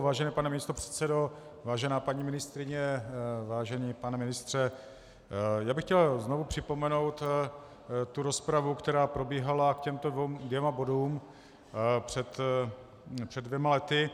Vážený pane místopředsedo, vážená paní ministryně, vážený pane ministře, já bych chtěl znovu připomenout rozpravu, která probíhala k těmto dvěma bodům před dvěma lety.